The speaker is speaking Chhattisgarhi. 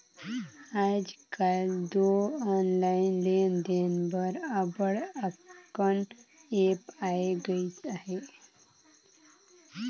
आएज काएल दो ऑनलाईन लेन देन बर अब्बड़ अकन ऐप आए गइस अहे